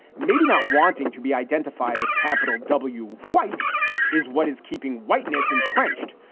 maybe not wanting to be identified as capital w white is what is keeping whiteness entrenched.